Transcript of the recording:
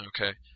Okay